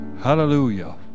Hallelujah